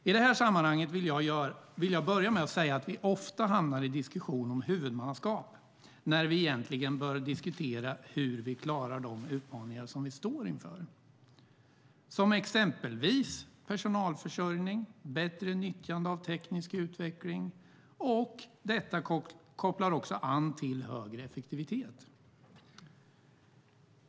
I det här sammanhanget vill jag börja med att säga att vi ofta hamnar i diskussionen om huvudmannaskapet när vi egentligen bör diskutera hur vi klarar de utmaningar som vi står inför, till exempel personalförsörjning och bättre nyttjande av teknisk utveckling. Detta kopplar också till högre effektivitet.